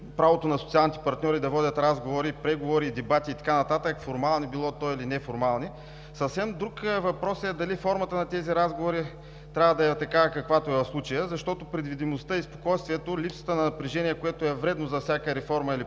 правото на социалните партньори да водят разговори, преговори, дебати и така нататък, било то формални или неформални. Съвсем друг е въпросът дали формата на тези разговори трябва да е такава, каквато е в случая, защото предвидимостта и спокойствието, липсата на напрежение, което е вредно за всяка реформа или